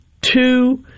two